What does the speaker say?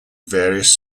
various